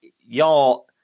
Y'all